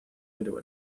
into